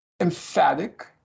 emphatic